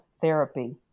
therapy